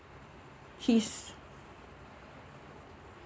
he's